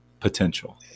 Potential